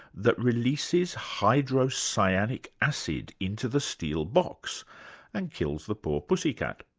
that releases hydrocyanic acid into the steel box and kills the poor pussycat.